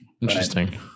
Interesting